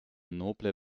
noble